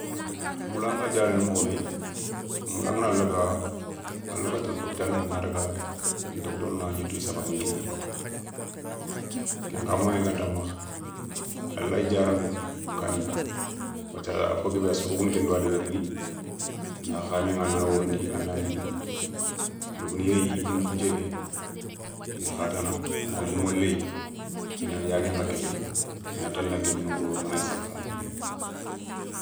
Moula nga diaréné mokho bé moula ngana laga a laga télé hopital a na daga, docteur na yitou safa a ni kinaηa. kenkha moyen ganta makha a layi diarana kaniηa, wathia a fo guebe soro kou na kendou ya débérini, na khaméηa na worindi a na mini, yogoni yéyi biné founthié ké i ya khatana na limo léye, ina yaguen kha kéféye, i na ta na ké mini wouro angangni sakha a na mini.